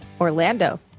Orlando